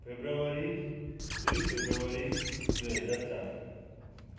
February दुई फेब्रुअरी दुई हजार चार